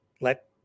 let